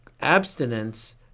abstinence